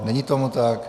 Není tomu tak.